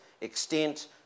extent